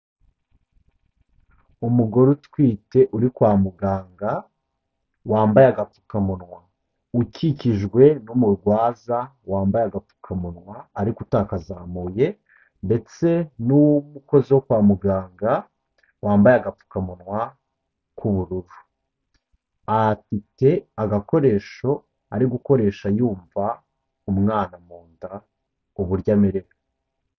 Umugore utwite uri kwa muganga, wambaye agapfukamunwa ukikijwe n'umurwaza wambaye agapfukamunwa ariko utakazamuye, ndetse n'uw'umukozi wo kwa muganga wambaye agapfukamunwa k'ubururu, afite agakoresho ari gukoresha yumva umwana mu nda uburyo amerewe.